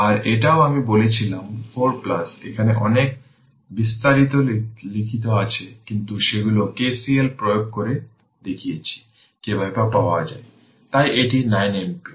আর এইটাও আমি বলেছিলাম 4 এখানে অনেক বিস্তারিত লিখিত আছে কিন্তু সেগুলো K C L প্রয়োগ করে দেখিয়েছি কিভাবে পাওয়া যায় তাই এটি 9 অ্যাম্পিয়ার